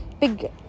big